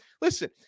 listen